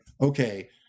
okay